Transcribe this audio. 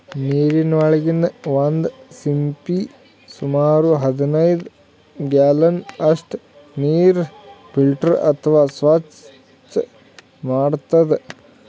ನೀರಿನೊಳಗಿನ್ ಒಂದ್ ಸಿಂಪಿ ಸುಮಾರ್ ಹದನೈದ್ ಗ್ಯಾಲನ್ ಅಷ್ಟ್ ನೀರ್ ಫಿಲ್ಟರ್ ಅಥವಾ ಸ್ವಚ್ಚ್ ಮಾಡ್ತದ್